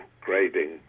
grading